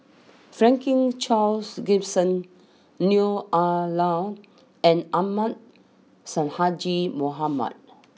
Franklin Charles Gimson Neo Ah Lau and Ahmad Sonhadji Mohamad